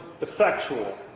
effectual